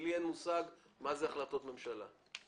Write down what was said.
לי אין מושג מה זה החלטות ממשלה.